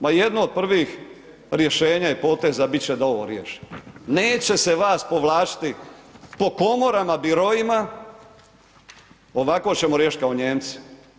Ma jedno od prvih rješenja i poteza bit će da ovo riješimo, neće se vas povlačiti po komorama, biroima, ovako ćemo riješit kao Nijemci.